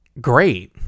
great